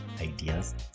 ideas